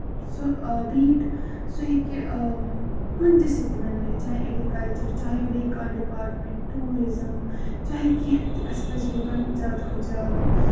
سُہ بیٖٹ سُہ ہٮ۪کہِ کُنہِ تہِ سۭتۍ تِمن مِلِتھ چاہے اٮ۪گرِکَلچر چاہے بیٚیہِ کانہہ چیٖز چاہے بیٚیہِ کانہہ ڈِپارٹمینٹ ٹوٗرِزٕم چاہے کیٚنٛہہ تہِ اَسہِ پَزِ لُکن زیادٕ کھۄتہٕ زیادٕ